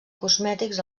cosmètics